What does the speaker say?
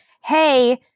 hey